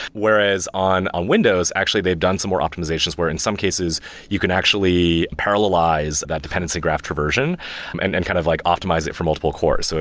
whereas on ah windows, actually they've done some more optimizations, where in some cases you can actually parallelize that dependency graph traversion and and kind of like optimize it for multiple cores. so